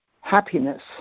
Happiness